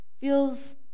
feels